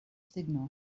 signal